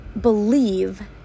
believe